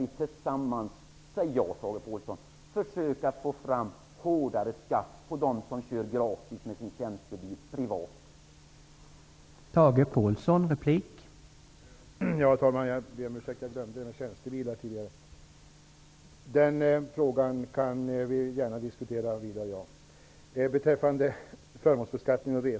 Visst skall väl vi tillsammans försöka få fram högre skatt för dem som privat kör gratis med sin tjänstebil? Säg ja, Tage Påhlsson!